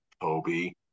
Toby